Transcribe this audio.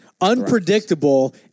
Unpredictable